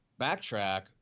Backtrack